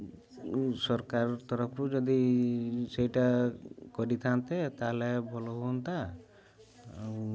ସରକାର ତରଫରୁ ଯଦି ସେଇଟା କରିଥାନ୍ତେ ତାହେଲେ ଭଲ ହୁଅନ୍ତା ଆଉ